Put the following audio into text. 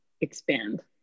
expand